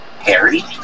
Harry